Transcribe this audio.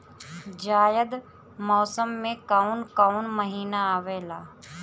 जायद मौसम में काउन काउन महीना आवेला?